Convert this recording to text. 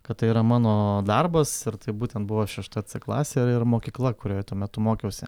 kad tai yra mano darbas ir tai būtent buvo šešta c klasė ir ir mokykla kurioje tuo metu mokiausi